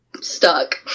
Stuck